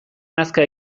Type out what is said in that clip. nazka